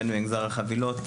בין אם במגזר החבילות,